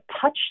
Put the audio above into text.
touch